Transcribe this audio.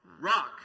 rock